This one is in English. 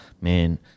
man